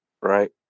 Right